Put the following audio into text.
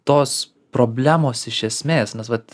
tos problemos iš esmės nes vat